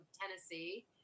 Tennessee